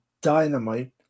dynamite